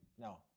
No